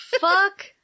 Fuck